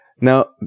Now